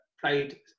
played